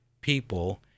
people